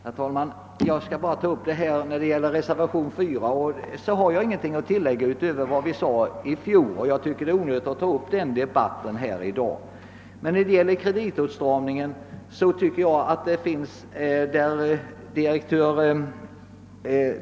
Herr talman! Jag vill helt kort svara på vad herr Hovhammar sade om reservationen 4. Eftersom jag i den saken inte hade något att tillägga utöver vad vi sade i fjol, ansåg jag det onödigt att dra upp debatten igen. När det gäller kreditåtstramningen finns det kanske en del att diskutera.